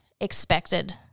expected